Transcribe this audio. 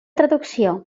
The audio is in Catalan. traducció